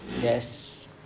Yes